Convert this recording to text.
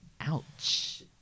ouch